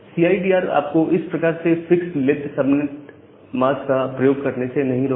CID R आपको इस प्रकार से फिक्स्ड लेंथ सबनेट मास्क का प्रयोग करने से नहीं रोकता